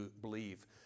believe